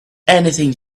anything